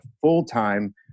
full-time